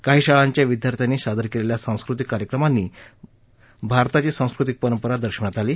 काही शाळांच्या विद्यार्थ्यांनी सादर केलेल्या सांस्कृतिक कार्यक्रमांनी भारताची सांस्कृतिक परंपरा दर्शवण्यात आली